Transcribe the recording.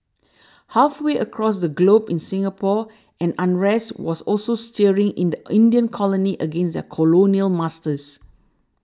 halfway across the globe in Singapore an unrest was also stirring in the Indian colony against their colonial masters